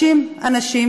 50 אנשים,